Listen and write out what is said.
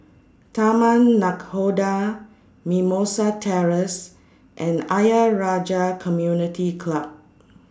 Taman Nakhoda Mimosa Terrace and Ayer Rajah Community Club